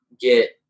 get